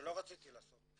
שלא רציתי לעשות.